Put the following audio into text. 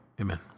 Amen